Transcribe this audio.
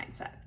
mindset